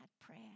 prayer